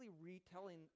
retelling